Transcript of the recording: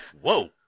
Whoa